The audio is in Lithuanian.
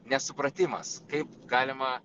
nesupratimas kaip galima